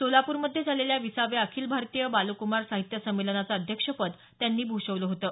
सोलापूरमध्ये झालेल्या विसाव्या अखिल भारतीय बालकुमार साहित्य संमेलनाचं अध्यक्षपद त्यांनी भूषवलं होतं